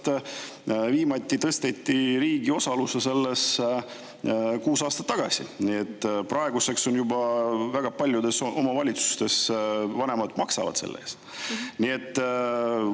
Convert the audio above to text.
viimati tõsteti riigi osalust selles kuus aastat tagasi, nii et praeguseks juba väga paljudes omavalitsustes maksavad selle eest